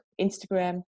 Instagram